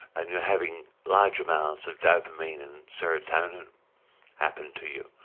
and you're having large amounts of dopamine and serotonin happen to you.